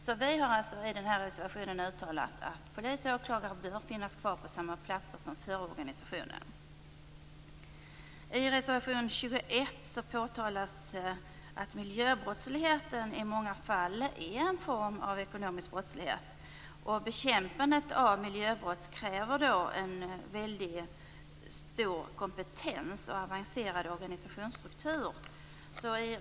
I reservationen har vi därför uttalat att polis och åklagare bör finnas kvar på samma platser som i den förra organisationen. I reservation 21 påtalas att miljöbrottsligheten i många fall är en form av ekonomisk brottslighet. Bekämpandet av miljöbrott kräver en stor kompetens och en avancerad organisationsstruktur.